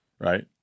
Right